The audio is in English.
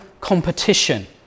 competition